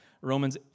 Romans